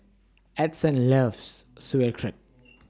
Edson loves Sauerkraut